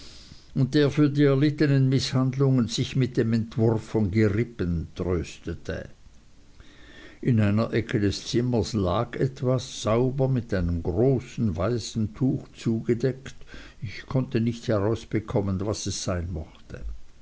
und der für die erlittenen mißhandlungen sich mit dem entwurf von gerippen tröstete in einer ecke des zimmers lag etwas sauber mit einem großen weißen tuch zugedeckt ich konnte nicht herausbekommen was es sein mochte